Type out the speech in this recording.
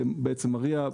בעצם ה-RIA,